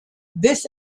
this